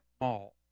Mall